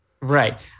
Right